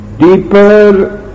deeper